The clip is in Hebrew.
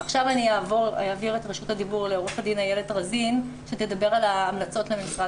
עכשיו אעביר את רשות הדיבור לעו"ד איילת רזין שתדבר על ההמלצות למשרד